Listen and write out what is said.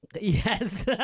Yes